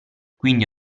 quindi